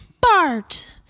Bart